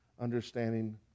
understanding